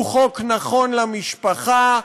הוא חוק נכון למשפחה,